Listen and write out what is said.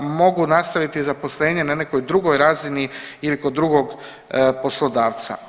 Mogu nastaviti zaposlenje na nekoj drugoj razini ili kod drugog poslodavca.